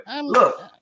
look